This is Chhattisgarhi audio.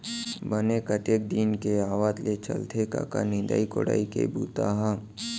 बने कतेक दिन के आवत ले चलथे कका निंदई कोड़ई के बूता ह?